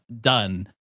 done